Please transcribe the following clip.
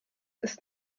ist